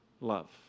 love